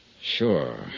Sure